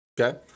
Okay